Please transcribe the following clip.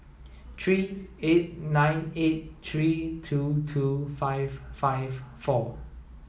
three eight nine eight three two two five five four